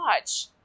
watch